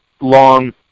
long